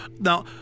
Now